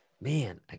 Man